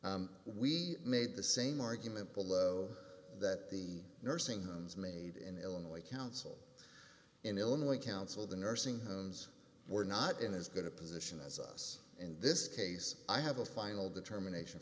we made the same argument below that the nursing homes made in illinois counsel in illinois counsel the nursing homes were not in is going to position as us in this case i have a final determination